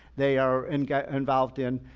they are in involved in,